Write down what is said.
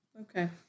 Okay